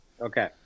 Okay